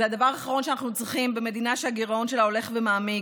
וזה הדבר האחרון שאנחנו צריכים במדינה שהגירעון שלה הולך ומעמיק.